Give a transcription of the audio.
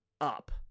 up